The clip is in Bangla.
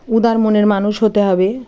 উদার মনের মানুষ হতে হবে